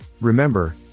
Remember